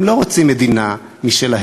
הם לא רוצים מדינה משלהם,